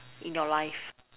in your life